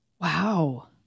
Wow